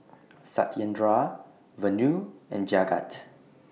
Satyendra Vanu and Jagat